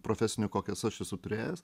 profesinių kokias aš esu turėjęs